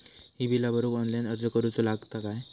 ही बीला भरूक ऑनलाइन अर्ज करूचो लागत काय?